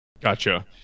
gotcha